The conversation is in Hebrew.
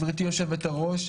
גברתי יושבת-הראש,